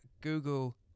Google